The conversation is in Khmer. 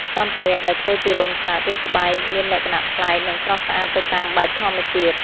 សម្ភារៈដែលធ្វើពីរោមសត្វ ឬស្បែកមានលក្ខណៈប្លែក និងស្រស់ស្អាតទៅតាមបែបធម្មជាតិ។